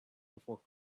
before